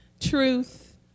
truth